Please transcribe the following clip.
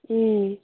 ꯎꯝ